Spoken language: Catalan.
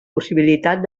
possibilitat